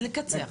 אז לקצר.